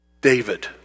David